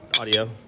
audio